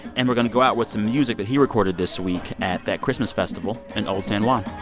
and we're going to go out with some music that he recorded this week at that christmas festival in old san juan